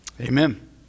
Amen